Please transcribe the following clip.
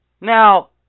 Now